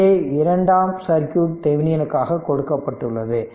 இங்கே இரண்டாம் சர்க்யூட் தெவெனின்க்காக கொடுக்கப்பட்டுள்ளது